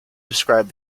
described